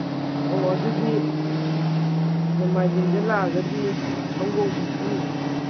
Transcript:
ꯑꯣ ꯑꯗꯨꯗꯤ ꯅꯣꯡꯃꯥꯏꯖꯤꯡꯗ ꯂꯥꯛꯑꯒꯗꯤ ꯁꯪꯒꯣꯝ